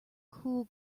cool